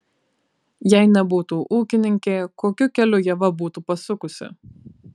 jei nebūtų ūkininkė kokiu keliu ieva būtų pasukusi